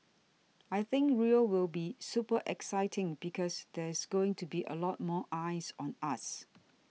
I think Rio will be super exciting because there's going to be a lot more eyes on us